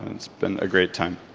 it's been a great time.